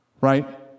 Right